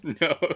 no